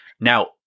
Now